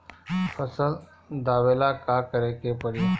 फसल दावेला का करे के परी?